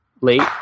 Late